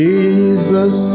Jesus